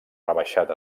rebaixat